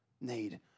need